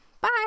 Bye